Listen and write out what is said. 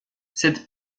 cette